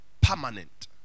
Permanent